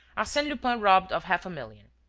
arsene lupin robbed of half a million.